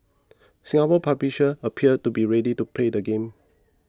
Singapore publishers appear to be ready to play the game